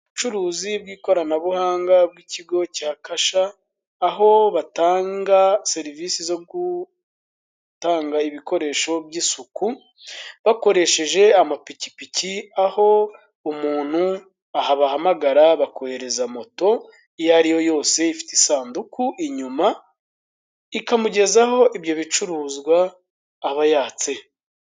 Ubucuruzi bw'ikoranabuhanga bw'ikigo cya Kasha, aho batanga serivise zo gutanga ibikoresho by'isuku, bakoresheje amapikipiki. Aho umuntu abahamagara bakohereza moto iyo ariyo yose ifite isanduku inyuma ikamugezaho ibyo bicuruzwa aba yatse.